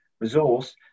resource